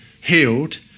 healed